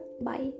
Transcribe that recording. Bye